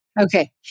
Okay